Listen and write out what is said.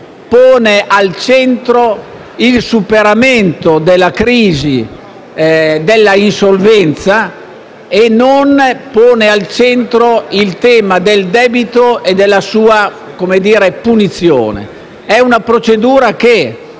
pone al centro il superamento della crisi dell'insolvenza e non il tema del debito e della sua punizione. È una procedura che,